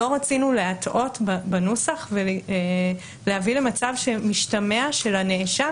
לא רצינו להטעות בנוסח ולהביא למצב שמשתמע שלנאשם